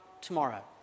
tomorrow